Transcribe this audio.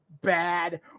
bad